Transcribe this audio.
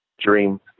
dream